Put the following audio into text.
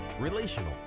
relational